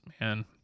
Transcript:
man